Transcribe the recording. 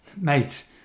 mate